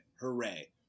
Hooray